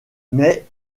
mais